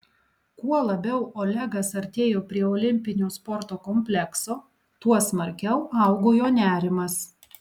kuo labiau olegas artėjo prie olimpinio sporto komplekso tuo smarkiau augo jo nerimas